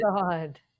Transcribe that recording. God